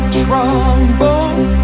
troubles